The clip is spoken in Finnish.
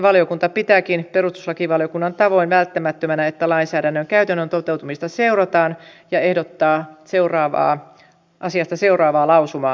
valiokunta pitääkin perustuslakivaliokunnan tavoin välttämättömänä että lainsäädännön käytännön toteutumista seurataan ja ehdottaa asiasta seuraavaa lausumaa